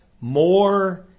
more